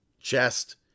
chest